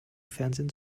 fernsehen